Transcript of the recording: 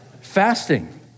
Fasting